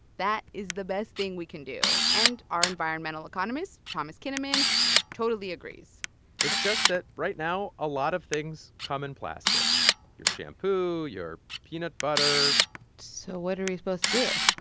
that is the best thing we can do. and our environmental economist thomas kinnaman totally agrees it's just that right now a lot of things come in plastic your shampoo, your peanut butter so what are we supposed to do?